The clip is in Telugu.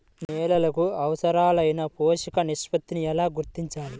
నేలలకు అవసరాలైన పోషక నిష్పత్తిని ఎలా గుర్తించాలి?